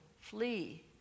flee